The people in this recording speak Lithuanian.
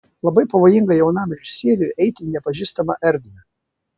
labai pavojinga jaunam režisieriui eiti į nepažįstamą erdvę